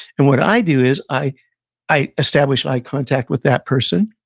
and what i do is, i i establish eye contact with that person,